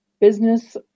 business